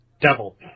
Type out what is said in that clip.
Devil